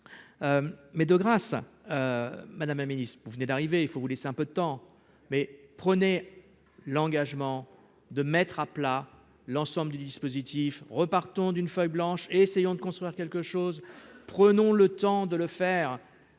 mais de grâce Madame la ministre, vous venez d'arriver, il faut vous laisse un peu de temps mais prenez l'engagement de mettre à plat l'ensemble du dispositif repartant d'une feuille blanche et essayons de construire quelque chose, prenons le temps de le faire,